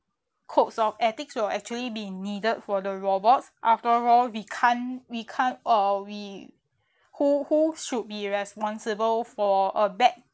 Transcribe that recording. codes of ethics will actually be needed for the robots after all we can't we can't or we who who should be responsible for a bad